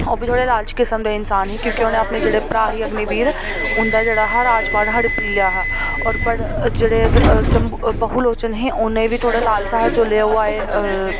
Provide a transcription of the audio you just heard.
ओह् बी थोह्ड़े लालची किसम दे इंसान हे क्योंकि उ'नें अपने जेह्ड़े भ्राऽ हे अग्निवीर उं'दा जेह्ड़ा हा राजपाठ हड़पी लेआ हा होर फिर जेह्ड़े जम्बू बहु लोचन हे उ'नें बी थोह्ड़ा लालस हा जेल्लै ओह् आए